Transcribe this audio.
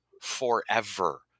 forever